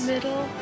Middle